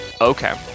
okay